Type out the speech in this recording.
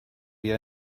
wie